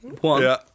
One